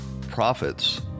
Profits